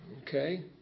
Okay